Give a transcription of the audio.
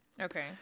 Okay